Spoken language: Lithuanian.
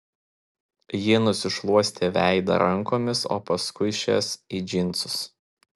ji nusišluostė veidą rankomis o paskui šias į džinsus